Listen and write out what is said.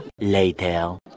Later